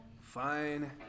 Fine